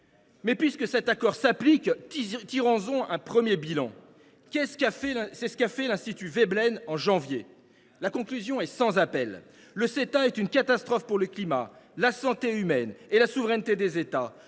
Mais, puisque cet accord s’applique, tirons en un premier bilan. C’est ce qu’a fait l’Institut Veblen en janvier dernier. La conclusion est sans appel : le Ceta est une catastrophe pour le climat, la santé humaine et la souveraineté des États.